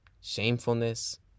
shamefulness